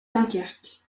dunkerque